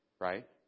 Right